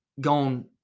gone